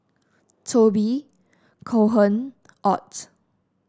Toby Cohen Ott